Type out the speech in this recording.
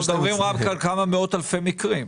אנחנו מוצאים, למשל בביטחון,